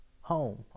home